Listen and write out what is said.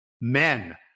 men